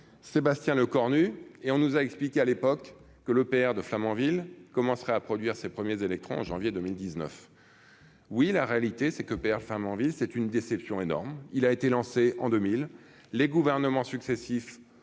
Sébastien Lecornu et on nous a expliqué à l'époque que l'EPR de Flamanville commencera à produire ses premiers électrons, janvier 2019 oui, la réalité c'est que père femme en ville, c'est une déception énorme, il a été lancé en 2000, les gouvernements successifs